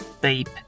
Beep